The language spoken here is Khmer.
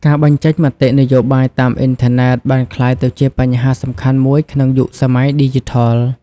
ការបញ្ចេញមតិនយោបាយតាមអ៊ីនធឺណិតបានក្លាយទៅជាបញ្ហាសំខាន់មួយក្នុងយុគសម័យឌីជីថល។